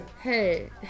Hey